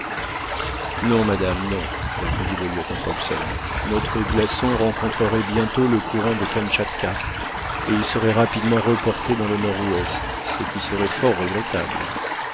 non madame non répondit le lieutenant hobson notre glaçon rencontrerait bientôt le courant du kamtchatka et il serait rapidement reporté dans le nord-est ce qui serait fort regrettable